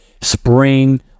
spring